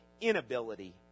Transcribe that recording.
inability